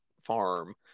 farm